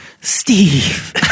Steve